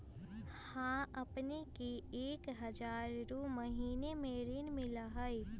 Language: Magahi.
हां अपने के एक हजार रु महीने में ऋण मिलहई?